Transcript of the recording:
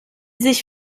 sich